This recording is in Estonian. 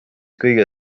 kõige